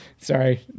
Sorry